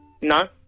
No